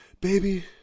baby